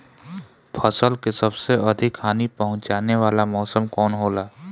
फसल के सबसे अधिक हानि पहुंचाने वाला मौसम कौन हो ला?